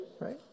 right